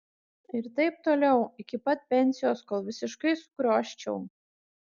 ir taip toliau iki pat pensijos kol visiškai sukrioščiau